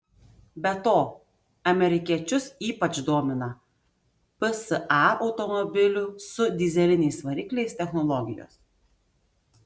be to amerikiečius ypač domina psa automobilių su dyzeliniais varikliais technologijos